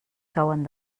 cauen